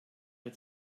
der